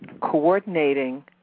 coordinating